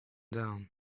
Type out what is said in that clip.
down